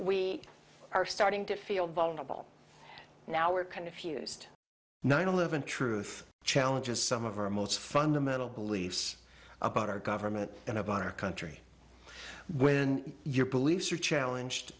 we are starting to feel vulnerable now or confused nine eleven truth challenges some of our most fundamental beliefs about our government and about our country when your beliefs are challenged